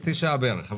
חצי שעה בערך.